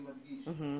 ואני מדגיש זאת,